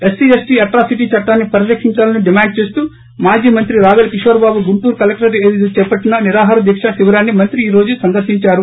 SC ST atrocity చట్టాన్ని పరిరక్షిందాలని demand చేస్తూ మాజీ మంత్రి రాపెల కిషోర్బాబు గుంటూరు కలెక్టరేట్ ఎదుట చేపట్టిన నిరాహార దీకా శిబిరాన్ని మంత్రి ఈ రోజు సందర్శిందారు